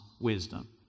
wisdom